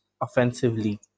offensively